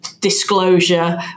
disclosure